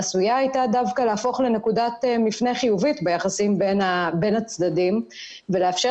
עשויה הייתה דווקא להפוך לנקודת מפנה חיובית ביחסים בין הצדדים ולאפשר